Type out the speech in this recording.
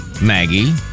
Maggie